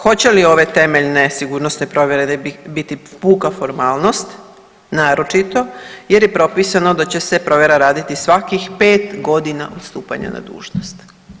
Hoće li ove temeljne sigurnosne provjere biti puka formalnost naročito jer je propisano da će se provjera raditi svakih 5 godina od stupanja na dužnost?